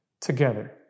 together